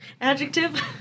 Adjective